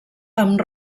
amb